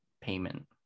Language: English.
payment